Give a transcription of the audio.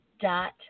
dot